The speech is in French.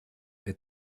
est